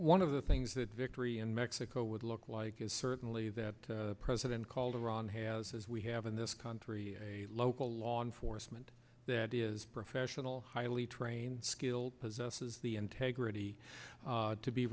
one of the things that victory in mexico would look like is certainly that president calderon has as we have in this country a local law enforcement that is professional highly trained skilled possesses the integrity to be